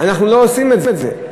אנחנו לא עושים את זה.